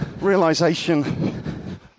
realisation